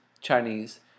Chinese